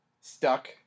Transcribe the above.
stuck